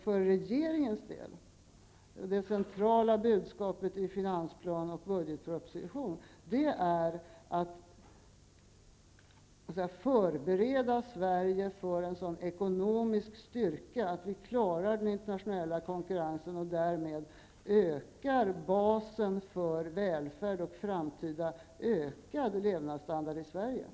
För regeringens del är det centrala budskapet i finansplan och budgetproposition att vi måste förbereda Sverige så att Sverige får en sådan ekonomisk styrka att vi klarar den internationella konkurrensen och därmed vidgar basen för välfärd och höjning av den framtida levnadsstandarden i